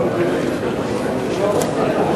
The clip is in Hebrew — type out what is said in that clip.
אדוני היושב-ראש,